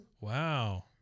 Wow